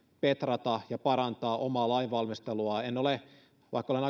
petrata ja parantaa omaa lainvalmisteluaan vaikka olen